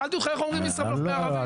שאלתי אותך איך אומרים ישראבלוף בערבית.